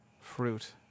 fruit